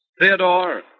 Theodore